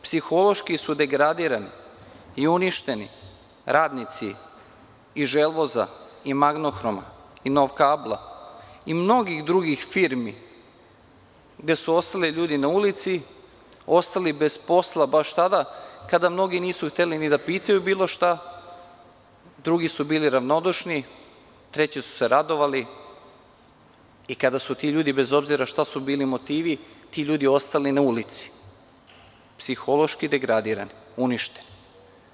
Psihološki su degradirani i uništeni radnici i „Želvoza“, „Magnohroma“, „Novkablom“ i mnogih drugih firmi gde su ostali ljudi na ulici, ostali bez posla baš tada kada mnogi nisu hteli ni da pitaju bilo šta, drugi su bili ravnodušni, treći su se radovali i kada su ti ljudi, bez obzira šta su bili motivi, ti ljudi ostali na ulici psihološki degradirani, uništeni.